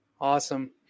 Awesome